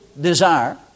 desire